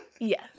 Yes